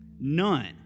None